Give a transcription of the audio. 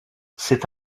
c’est